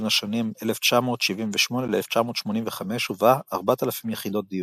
השנים 1978–1985 ובה 4,000 יחידות דיור.